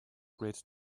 great